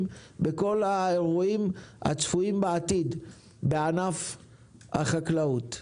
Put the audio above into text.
בכל האירועים הצפויים בעתיד בענף החקלאות.